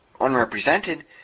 unrepresented